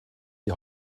die